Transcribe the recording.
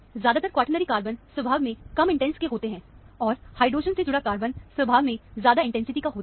ज्यादातर quaternary carbon स्वभाव में कम इंटेंस के होते हैं और हाइड्रोजन से जुड़ा कार्बन स्वभाव में ज्यादा इंटेंसिटी का होता है